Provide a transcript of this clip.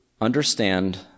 Understand